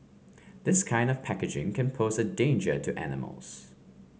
this kind of packaging can pose a danger to animals